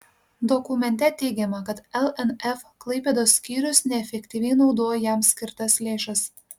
dokumente teigiama kad lnf klaipėdos skyrius neefektyviai naudojo jam skirtas lėšas